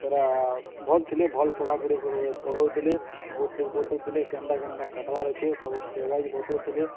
ସେଟା ଭଲ୍ ଥିଲେ ଭଲ୍ ପଢ଼ାପଢ଼ି ପଢ଼ଉଥିଲେ ଆମ୍କୁ ଠିକ୍ ବତାଉଥିଲେ କେନ୍ତା କେନ୍ତା କାଟ୍ବାର୍ ଅଛେ ସବୁ ଷ୍ଟେପ୍ ୱାଇଜ୍ ବତାଉଥିଲେ